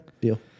deal